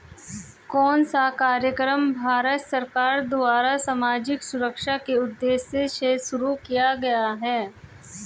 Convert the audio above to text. कौन सा कार्यक्रम भारत सरकार द्वारा सामाजिक सुरक्षा के उद्देश्य से शुरू किया गया है?